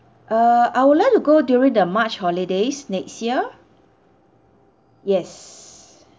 err I would like to go during the march holidays next year yes